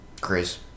Chris